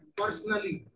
personally